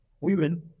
Women